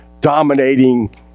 dominating